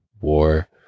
War